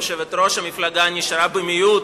יושבת-ראש המפלגה נשארה במיעוט